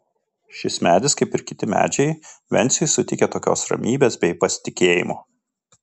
šis medis kaip ir kiti medžiai venciui suteikia tokios ramybės bei pasitikėjimo